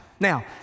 Now